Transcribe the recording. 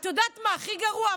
את יודעת מה הכי גרוע?